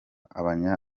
abanya